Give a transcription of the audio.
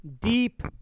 deep